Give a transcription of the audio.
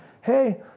hey